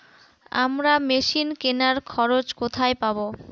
আমরা মেশিন কেনার খরচা কোথায় পাবো?